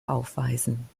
aufweisen